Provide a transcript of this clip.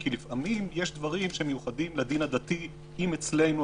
כי לפעמים יש דברים שמיוחדים לדין הדתי אם אצלנו,